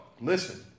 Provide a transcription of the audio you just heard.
Listen